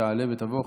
תעלה ותבוא.